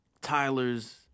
Tyler's